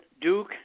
Duke